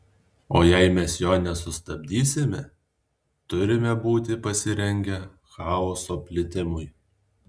o jei mes jo nesustabdysime turime būti pasirengę chaoso plitimui